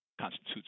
constitutes